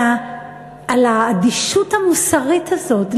על האדישות המוסרית הזאת,